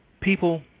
People